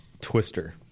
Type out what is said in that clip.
Twister